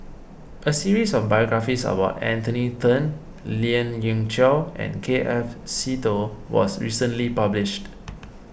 a series of biographies about Anthony then Lien Ying Chow and K F Seetoh was recently published